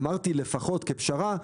אמרתי לפחות כפשרה,